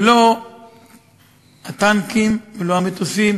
ולא הטנקים ולא המטוסים